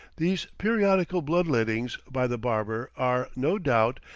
these periodical blood-lettings by the barber are, no doubt,